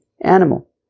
animal